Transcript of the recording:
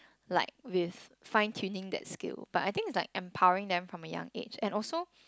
like with fine tuning that skill but I think it's like empowering them from a young age and also